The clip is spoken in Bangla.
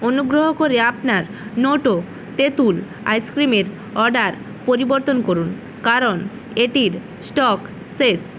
অনুগ্রহ করে আপনার তেঁতুল আইসক্রিমের অর্ডার পরিবর্তন করুন কারণ এটির স্টক শেষ